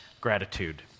gratitude